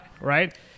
right